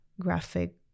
graphic